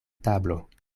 tablo